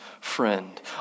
friend